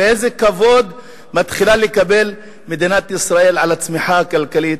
ואיזה כבוד מתחילה לקבל מדינת ישראל על הצמיחה הכלכלית